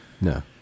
No